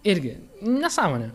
irgi nesąmonė